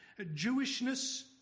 Jewishness